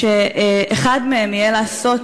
שאחד מהם יהיה לעשות